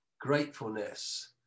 gratefulness